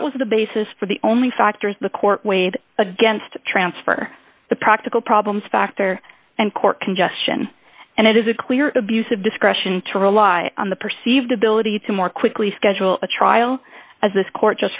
that was the basis for the only factors the court weighed against transfer the practical problems factor and court congestion and it is a clear abuse of discretion to rely on the perceived ability to more quickly schedule a trial as this court